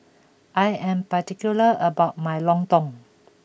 I am particular about my Lontong